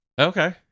Okay